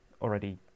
already